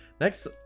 next